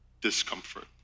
discomfort